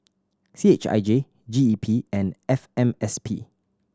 C H I J G E P and F M S P